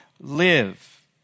live